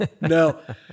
no